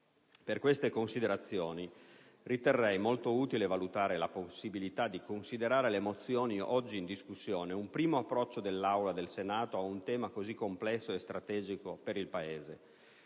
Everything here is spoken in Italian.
Per queste ragioni riterrei molto utile valutare la possibilità di considerare le mozioni oggi in discussione un primo approccio dell'Aula del Senato ad un tema così complesso e strategico per il Paese,